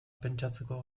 pentsatzeko